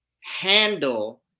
handle